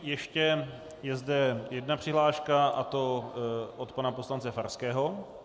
Ještě je zde jedná přihláška, a to od pana poslance Farského.